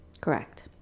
Correct